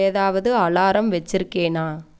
ஏதாவது அலாரம் வெச்சுருக்கேனா